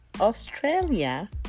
Australia